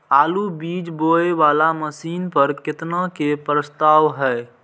आलु बीज बोये वाला मशीन पर केतना के प्रस्ताव हय?